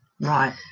Right